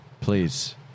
please